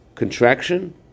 contraction